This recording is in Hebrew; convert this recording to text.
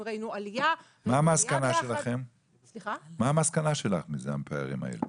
אם ראינו עלייה --- מה המסקנה שלך מהפערים האלה?